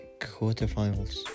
quarterfinals